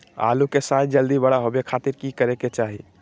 आलू के साइज जल्दी बड़ा होबे के खातिर की करे के चाही?